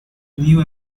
new